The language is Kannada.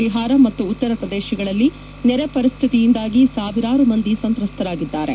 ಬಿಹಾರ ಮತ್ತು ಉತ್ತರಪ್ರದೇಶಗಳಲ್ಲಿ ನೆರೆ ಪರಿಸ್ಥಿತಿಯಿಂದಾಗಿ ಸಾವಿರಾರು ಮಂದಿ ಸಂತ್ರಸ್ಥರಾಗಿದ್ದಾರೆ